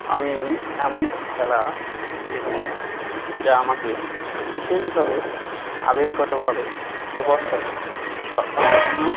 আমি এমন একটি খেলা খেলেছি যা আমাকে বিশেষভাবে আবেগগতভাবে প্রভাবশালী বা অর্থপূর্ণ